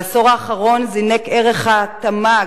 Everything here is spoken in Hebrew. בעשור האחרון זינק ערך התמ"ג,